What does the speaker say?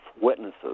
witnesses